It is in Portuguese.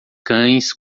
cães